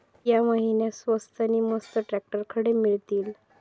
या महिन्याक स्वस्त नी मस्त ट्रॅक्टर खडे मिळतीत?